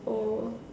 oh